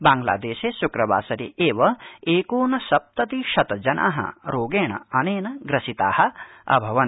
बांग्लादेशे श्क्रवासरे एवएकोन सप्तति शत जना रोगेण अनेन ग्रसिता अभवन्